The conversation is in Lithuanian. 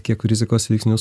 kiek rizikos veiksnius